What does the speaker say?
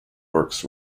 works